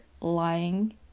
lying